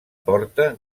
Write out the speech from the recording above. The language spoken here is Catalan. porta